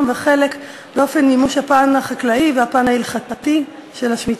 וחלק באופן מימוש הפן החקלאי והפן ההלכתי של השמיטה.